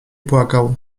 płakał